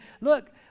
look